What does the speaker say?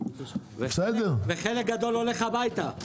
וחלק גדול הולך הביתה.